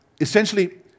essentially